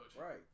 Right